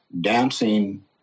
dancing